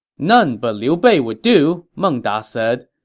none but liu bei would do, meng da said.